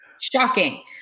Shocking